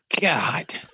god